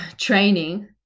training